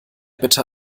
bitte